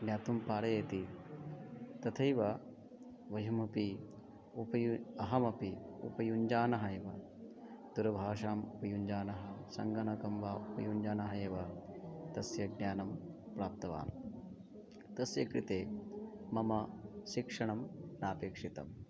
ज्ञातुं पारयति तथैव वयमपि उपयु अहमपि उपयुञ्जानः एव दूरभाषाम् उपयुञ्जानः सङ्गणकं वा उपयुञ्जानः एव तस्य ज्ञानं प्राप्तवान् तस्य कृते मम शिक्षणं नापेक्षितम्